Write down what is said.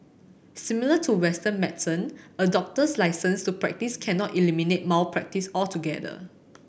similar to Western medicine a doctor's licence to practise cannot eliminate malpractice altogether